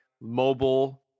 mobile